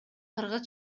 кыргыз